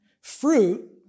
Fruit